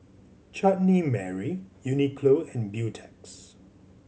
Chutney Mary Uniqlo and Beautex